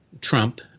Trump